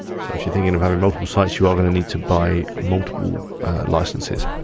so if you're thinking of having multiple sites, you are gonna need to buy multiple licences.